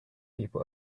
people